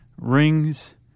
rings